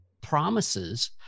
promises